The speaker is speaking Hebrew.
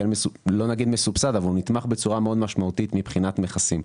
לא נגיד מסובסד אבל הוא נתמך בצורה מאוד משמעותית מבחינת מכסים.